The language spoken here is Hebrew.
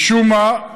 משום מה,